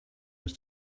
was